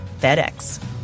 FedEx